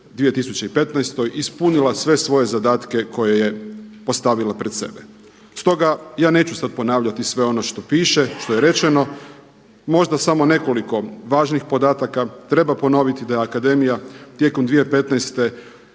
2015. ispunila sve svoje zadatke koje je postavila pred sebe. Stoga ja neću sad ponavljati sve ono što piše, što je rečeno. Možda samo nekoliko važnih podataka. Treba ponoviti da je akademija tijekom 2015.